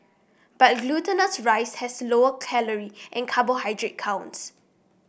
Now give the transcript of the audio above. but glutinous rice has lower calorie and carbohydrate counts